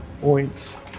points